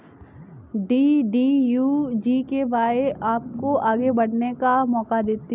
DDU GKY आपको आगे बढ़ने का मौका देती है